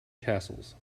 castles